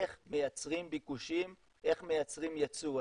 איך מייצרים ביקושים, איך מייצרים יצוא.